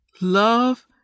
love